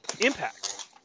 Impact